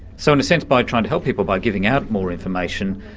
so in a sense by trying to help people by giving out more information,